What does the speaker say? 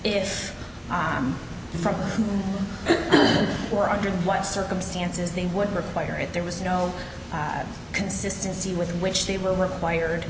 if from or under what circumstances they would require it there was no consistency with which they were required